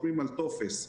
הוצאות חוץ ביתיות,